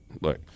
Look